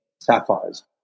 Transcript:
sapphires